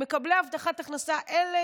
אלה